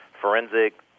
forensic